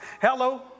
Hello